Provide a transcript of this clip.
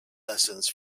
lessons